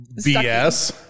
BS